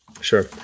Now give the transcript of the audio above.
Sure